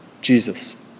Jesus